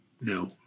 No